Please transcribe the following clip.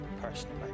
personally